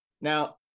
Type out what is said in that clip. Now